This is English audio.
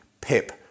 pip